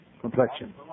complexion